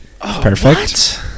Perfect